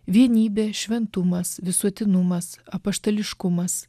vienybė šventumas visuotinumas apaštališkumas